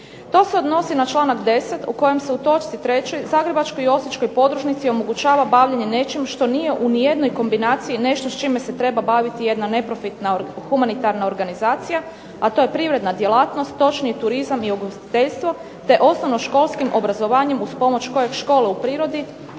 To se odnosi na članak 10. u kojem se u točci 3. zagrebačkoj i osječkoj podružnici omogućava bavljenje nečim što nije u ni jednoj kombinaciji nešto s čime se treba baviti jedna neprofitna humanitarna organizacija, a to je privredna djelatnost, točnije turizam i ugostiteljstvo te osnovnoškolskim obrazovanjem uz pomoć kojeg škole u prirodi,